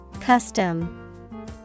Custom